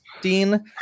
Dean